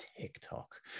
TikTok